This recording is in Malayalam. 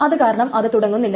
അത് കാരണം അത് തുടങ്ങുന്നില്ല